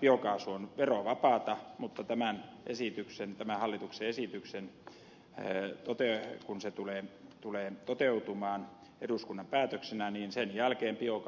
biokaasu on verovapaata mutta tämän hallituksen esityksen jälkeen kun se tulee toteutumaan eduskunnan päätöksenä biokaasu on verollista